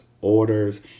orders